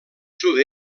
sud